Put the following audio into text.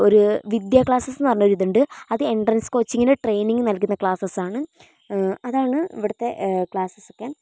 ഒരു വിദ്യ ക്ലാസസ്സ് എന്നു പറഞ്ഞ ഒരിതുണ്ട് അത് എൻട്രൻസ് കോച്ചിങ്ങിനു ട്രെയിനിങ്ങ് നൽകുന്ന ക്ലാസസ്സാണ് അതാണ് ഇവിടുത്തെ ക്ലാസസ്സൊക്കെ